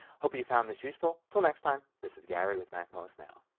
hope you found this useful. until next time this is gary with macmost now.